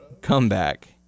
comeback